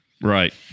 Right